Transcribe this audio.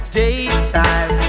daytime